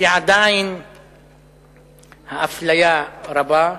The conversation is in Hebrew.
כי עדיין האפליה רבה,